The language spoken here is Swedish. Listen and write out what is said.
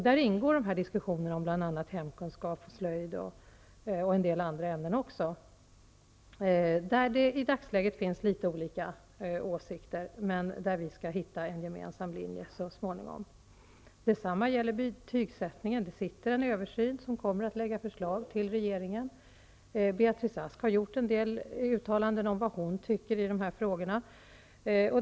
Där ingår diskussionerna om bl.a. hemkunskap, slöjd och en del andra ämnen, där det i dagsläget finns olika åsikter, men där vi skall hitta en gemensam linje så småningom. Detsamma gäller betygsättning. En kommitté arbetar med en översyn, och den kommer att lägga fram förslag för regeringen. Beatrice Ask har gjort en del uttalanden om vad hon tycker i dessa frågor.